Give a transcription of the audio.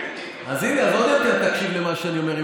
אז עוד יותר תקשיב למה שאני אומר,